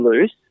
loose